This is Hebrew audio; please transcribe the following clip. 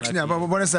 רק שנייה, בוא נסיים.